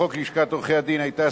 הצעת חוק לשכת עורכי-הדין (תיקון מס'